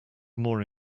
more